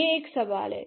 यह एक सवाल है